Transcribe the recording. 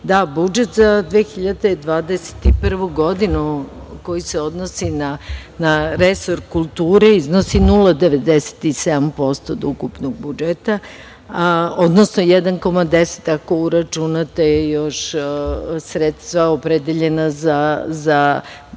budžet za 2021. godinu koji se odnosi na resor kulture iznosi 0,97% od ukupnog budžeta, odnosno 1,10% ako uračunate još sredstva opredeljena za deo